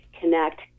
connect